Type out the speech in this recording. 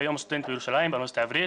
כיום סטודנט בירושלים באוניברסיטה העברית.